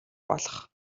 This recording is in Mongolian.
болох